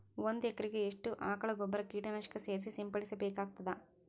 ಒಂದು ಎಕರೆಗೆ ಎಷ್ಟು ಆಕಳ ಗೊಬ್ಬರ ಕೀಟನಾಶಕ ಸೇರಿಸಿ ಸಿಂಪಡಸಬೇಕಾಗತದಾ?